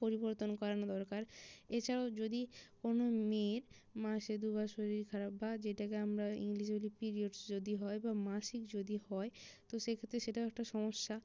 পরিবর্তন করানো দরকার এছাড়াও যদি কোনো মেয়ের মাসে দু বার শরীর খারাপ বা যেটাকে আমরা ইংরেজিতে বলি পিরিয়ডস যদি হয় বা মাসিক যদি হয় তো সেক্ষেত্রে সেটাও একটা সমস্যা